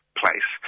place